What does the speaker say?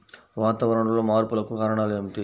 వాతావరణంలో మార్పులకు కారణాలు ఏమిటి?